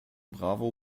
bravo